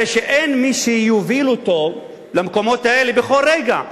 הרי אין מי שיוביל אותו למקומות האלה בכל רגע.